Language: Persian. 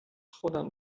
خودم